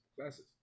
classes